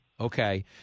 okay